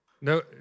no